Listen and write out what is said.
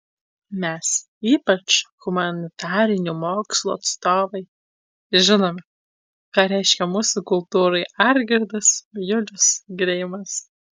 mes ypač humanitarinių mokslų atstovai žinome ką reiškia mūsų kultūrai algirdas julius greimas